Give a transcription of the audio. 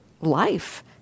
life